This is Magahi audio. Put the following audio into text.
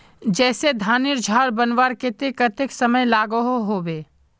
जैसे धानेर झार बनवार केते कतेक समय लागोहो होबे?